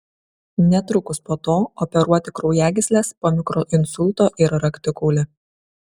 netrukus po to operuoti kraujagysles po mikroinsulto ir raktikaulį